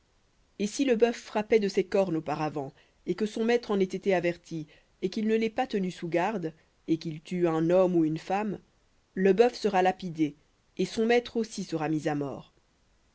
et si le bœuf frappait de ses cornes auparavant et que son maître en ait été averti et qu'il ne l'ait pas tenu sous garde et qu'il tue un homme ou une femme le bœuf sera lapidé et son maître aussi sera mis à mort